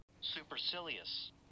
Supercilious